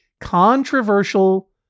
controversial